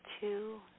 Two